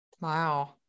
Wow